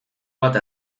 bat